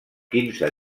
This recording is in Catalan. quinze